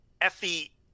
Effie